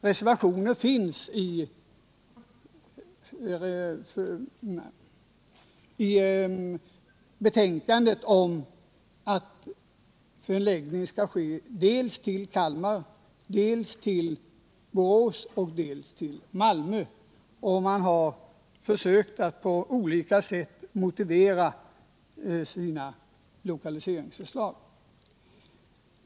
Reservationer finns som förordar förläggning dels till Kalmar, dels till Borås och dels till Malmö. Man har på olika sätt försökt motivera sina lokaliseringsförslag.